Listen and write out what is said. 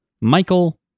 Michael